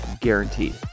guaranteed